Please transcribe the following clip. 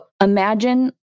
imagine